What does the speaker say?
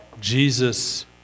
Jesus